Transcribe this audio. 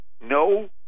no